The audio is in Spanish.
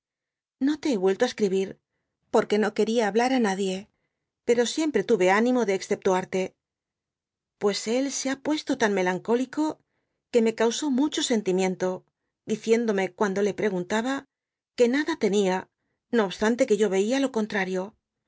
no te hé vuelto á escribir por que no querk hablar á nadie pero siempre tuve animo de exceptuarte pues él se ha puesto tan melancólico que me causó mucho sentimiento diciendome cuando le pregruntaba que nada tenia no obstante que yo veía o contrario